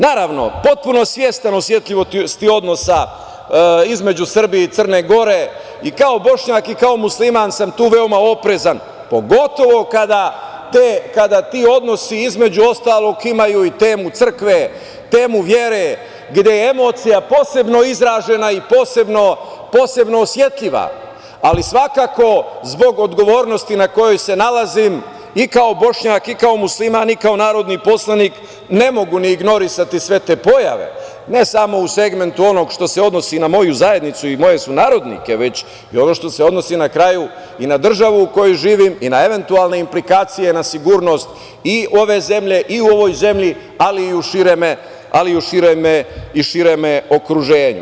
Naravno, potpuno svestan osetljivosti odnosa između Srbije i Crne Gore i kao Bošnjak i kao musliman sam tu veoma oprezan, pogotovo kada ti odnosi, između ostalog, imaju i temu crkve, temu vere, gde je emocija posebno izražena i posebno osetljiva, ali svakako zbog odgovornosti na kojoj se nalazim i kao Bošnjak i kao musliman i kao narodni poslanik ne mogu ni ignorisati sve te pojave, ne samo u segmentu onog što se odnosi na moju zajednicu i moje sunarodnike, već i ono što se odnosi na kraju i na državu u kojoj živim i na eventualne implikacije na sigurnost i ove zemlje i u ovoj zemlji, ali i u širem okruženju.